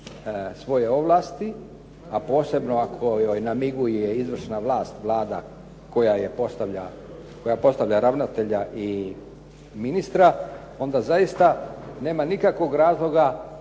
svoje ovlasti a posebno ako joj namiguje izvršna vlast Vlada koja postavlja ravnatelja i ministra onda zaista nema nikakvog razloga